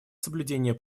соблюдение